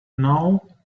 now